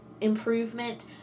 improvement